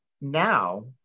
now